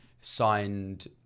signed